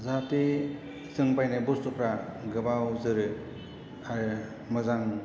जाहाथे जों बायनाय बुस्थुफ्रा गोबाव जोरो आरो मोजां